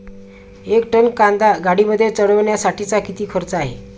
एक टन कांदा गाडीमध्ये चढवण्यासाठीचा किती खर्च आहे?